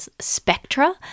spectra